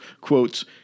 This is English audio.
quotes